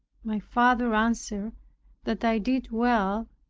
my father answered that i did well,